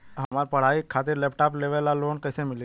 हमार पढ़ाई खातिर लैपटाप लेवे ला लोन कैसे मिली?